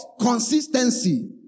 consistency